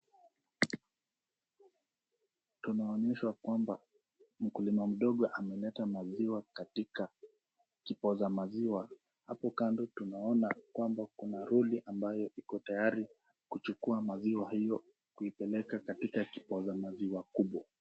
Tunaoneshwa kwamba mkulima mdogo ameleta maziwa katikati kipoza maziwa . Hapo kando tunaona kwamba Kuna Lori ambayo Iko tayari kuchukuwa maziwa hiyo kuzipeleka ambayo imeuziwa kubeleka katika kopoza Cha maziwa kubwa